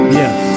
yes